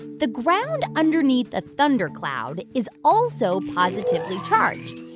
the ground underneath a thundercloud is also positively charged.